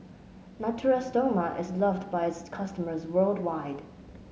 Natura Stoma is loved by its customers worldwide